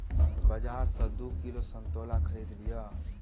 बाजार सॅ दू किलो संतोला खरीद लिअ